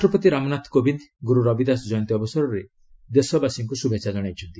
ରାଷ୍ଟ୍ରପତି ରାମନାଥ କୋବିନ୍ଦ ଗୁରୁ ରବିଦାସ ଜୟନ୍ତୀ ଅବସରରେ ଦେଶବାସୀଙ୍କୁ ଶୁଭେଚ୍ଛା ଜଣାଇଚ୍ଚନ୍ତି